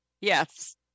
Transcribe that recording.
yes